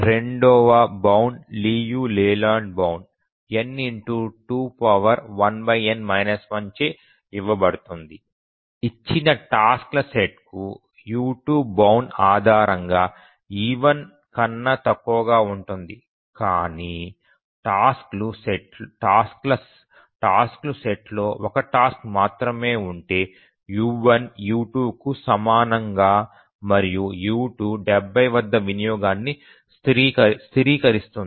రెండవ bound Liu Layland bound n21n 1 చే ఇవ్వబడుతుంది ఇచ్చిన టాస్క్ల సెట్కు u2 బౌండ్ సాధారణంగా e1 కన్నా తక్కువగా ఉంటుంది కానీ టాస్క్లు సెట్లో 1 టాస్క్ మాత్రమే ఉంటే u1 u2కు సమానం మరియు u2 70 వద్ద వినియోగాన్ని స్థిరీకరిస్తుంది